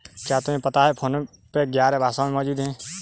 क्या तुम्हें पता है फोन पे ग्यारह भाषाओं में मौजूद है?